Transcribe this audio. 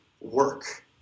work